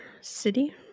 city